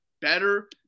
better